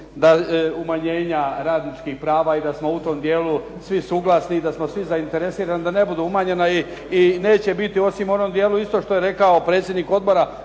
dio umanjenja radničkih prava i da smo u tom dijelu svi suglasni i da smo svi zainteresirani da ne budu umanjena i neće biti osim u onom dijelu isto što je rekao predsjednik Odbora